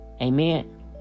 Amen